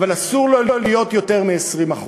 אבל אסור לו להיות יותר מ-20%.